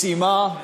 ישימה,